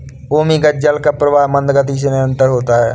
भूमिगत जल का प्रवाह मन्द गति से निरन्तर होता है